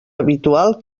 habitual